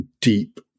deep